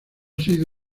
sido